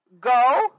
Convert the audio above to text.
Go